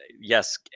yes